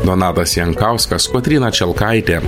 donatas jankauskas kotryna čelkaitė